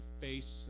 face